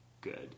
good